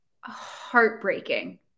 heartbreaking